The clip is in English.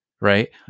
Right